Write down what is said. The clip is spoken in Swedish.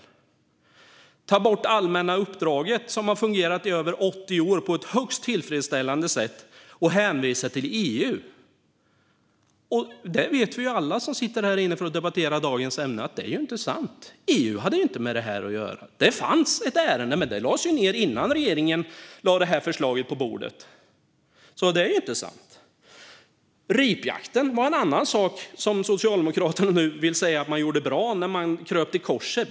Man tar bort det allmänna uppdraget, som har fungerat i över 80 år på ett högst tillfredsställande sätt, och hänvisar till EU. Alla vi som sitter här inne för att debattera dagens ämne vet att detta inte är sant - EU hade inte med det här att göra. Det fanns ett ärende, men det lades ned innan regeringen lade detta förslag på bordet. Det är alltså inte sant. Ripjakten är en annan sak som Socialdemokraterna nu vill säga att man gjorde bra i och med att man kröp till korset.